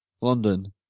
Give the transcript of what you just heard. London